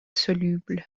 soluble